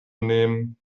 nehmen